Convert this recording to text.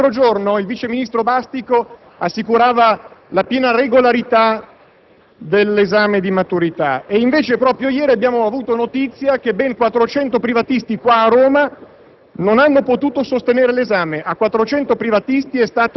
un *unicum*, non rappresenta un fatto isolato. L'altro giorno il vice ministro Bastico assicurava la piena regolarità dell'esame di maturità. Invece proprio ieri abbiamo avuto notizia che ben 400 privatisti qui a Roma